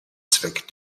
zweck